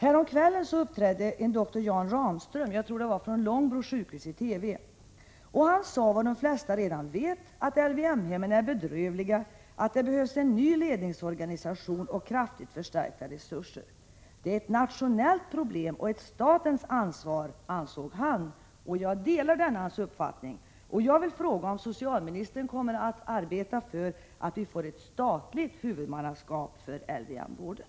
Häromkvällen uppträdde en dr Jan Ramström — jag tror han var från Långbro sjukhus —-i TV. Han sade vad de flesta redan vet, att LYM-hemmen är bedrövliga, att det behövs en ny ledningsorganisation och kraftigt förstärkta resurser. Det är ett nationellt problem och ett statens ansvar, ansåg han. Jag delar hans uppfattning. Kommer socialministern att arbeta för ett statligt huvudmannaskap för LVM-vården?